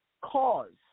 cause